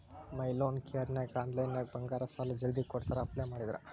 ಮೈ loan ಕೇರನ್ಯಾಗ ಆನ್ಲೈನ್ನ್ಯಾಗ ಬಂಗಾರ ಸಾಲಾ ಜಲ್ದಿ ಕೊಡ್ತಾರಾ ಅಪ್ಲೈ ಮಾಡಿದ್ರ